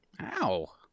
Ow